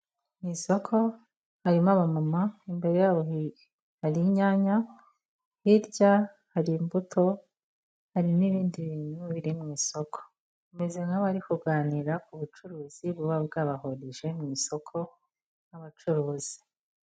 Mu isoko harimo abamama imbere y'abo hari inyanya hirya hari imbuto hari n'ibindi bintu biri mu isoko bameze nk'abari kuganira ku bucuruzi buba bwabahurije mu isoko nk'abacuruzi.